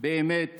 באמת